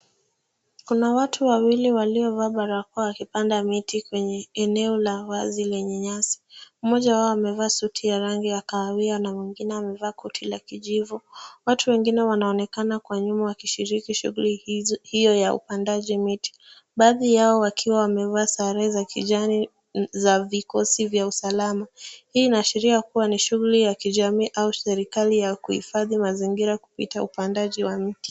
Kuna watu wawili waliovaa barakoa wakipanda miti kwenye eneo la wazi lenye nyasi. Mmoja wao amevaa suti yenye rangi ya kahawia na mwingine amevaa koti la kijivu. Watu wengine wanaonekana kwa nyuma wakishiriki shughuli hiyo ya upandanji miti. Baadhi yao wakiwa wamevaa sare za kijani za vikosi vya usalama. Hii inaashiria kuwa ni shughuli ya kijamii au serikali ya kuhifadhi mazingira kupita upandaji wa miti.